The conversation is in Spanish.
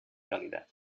calidad